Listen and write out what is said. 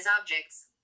objects